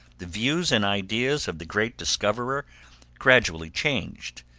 the views and ideas of the great discoverer gradually changed.